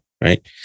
right